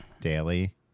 daily